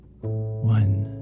one